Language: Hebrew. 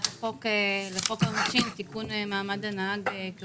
לתיקון מעמד הנהג.